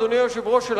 אדוני היושב-ראש,